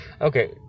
Okay